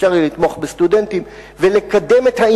אפשר יהיה לתמוך בסטודנטים,